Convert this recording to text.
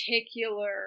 particular